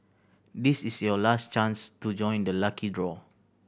this is your last chance to join the lucky draw